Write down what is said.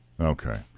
Okay